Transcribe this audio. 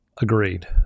Agreed